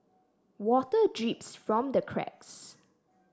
water drips from the cracks